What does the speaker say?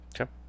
Okay